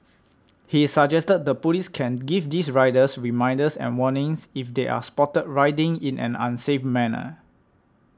he suggested the police give these riders reminders and warnings if they are spotted riding in an unsafe manner